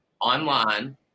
online